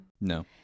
No